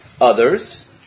others